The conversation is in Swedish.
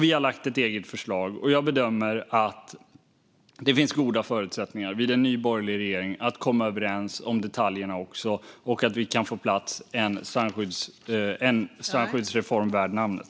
Vi har lagt fram ett eget förslag, och jag bedömer att det i en ny borgerlig regering finns goda förutsättningar att komma överens om detaljerna och få på plats en strandskyddsreform värd namnet.